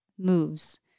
moves